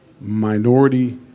minority